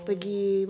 oh